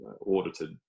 audited